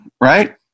right